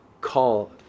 call